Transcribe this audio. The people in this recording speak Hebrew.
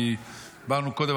דיברנו קודם,